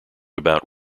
about